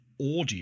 audio